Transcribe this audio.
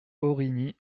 origny